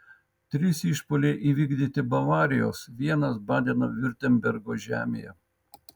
trys išpuoliai įvykdyti bavarijos vienas badeno viurtembergo žemėje